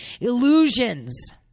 illusions